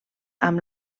amb